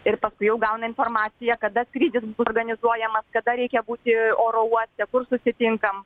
ir paskui jau gauna informaciją kada skrydis bus organizuojamas kada reikia būti oro uoste kur susitinkam